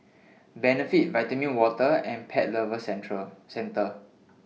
Benefit Vitamin Water and Pet Lovers Centre